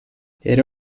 era